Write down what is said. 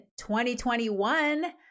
2021